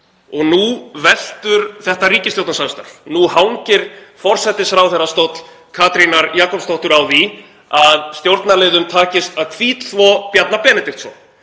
Nú veltur þetta ríkisstjórnarsamstarf, nú hangir forsætisráðherrastóll Katrínar Jakobsdóttur á því að stjórnarliðum takist að hvítþvo Bjarna Benediktsson,